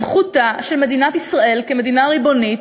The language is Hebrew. זכותה של מדינת ישראל כמדינה ריבונית